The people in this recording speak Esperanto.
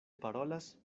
parolas